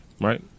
right